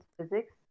physics